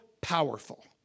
powerful